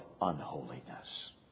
unholiness